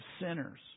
sinners